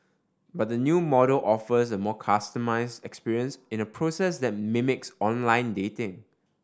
but the new model offers a more customised experience in a process that mimics online dating